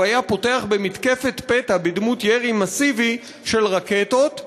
הוא היה פותח במתקפת פתע בדמות ירי מסיבי של רקטות,